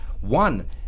One